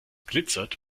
glitzert